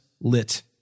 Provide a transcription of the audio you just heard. lit